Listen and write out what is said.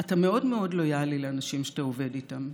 אתה מאוד מאוד לויאלי לאנשים שאה עובד איתם.